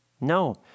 No